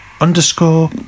underscore